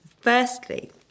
firstly